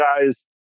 guys